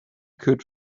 could